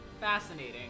Fascinating